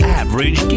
average